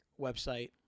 website